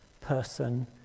person